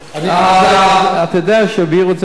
אתה יודע שהעבירו את זה פעם,